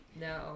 No